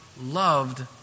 loved